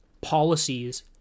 policies